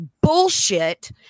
bullshit